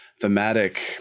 thematic